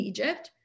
Egypt